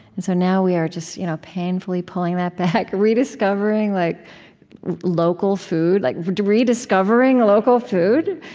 and so now we are just you know painfully pulling that back, rediscovering like local food. like rediscovering local food?